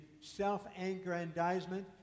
self-aggrandizement